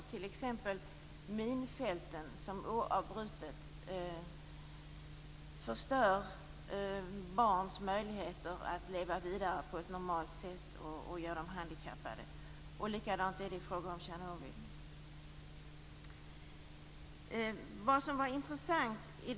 Det gäller t.ex. minfälten, som oavbrutet förstör barns möjligheter att leva vidare på ett normalt sätt och gör dem handikappade. Likadant är det i fråga om Tjernobyl.